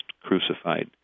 crucified